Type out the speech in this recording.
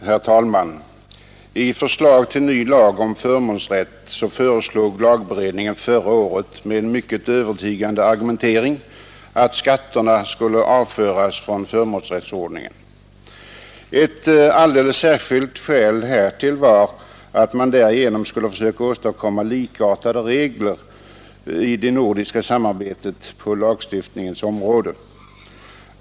Herr talman! I förslag till ny lag om förmånsrätt föreslog lagberedningen förra året med en mycket övertygande argumentering att skatterna skulle avföras från förmånsrättsordningen. Ett alldeles särskilt skäl härtill var att man därigenom skulle försöka åstadkomma likartade regler i det nordiska samarbetet på lagstiftningens område.